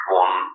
one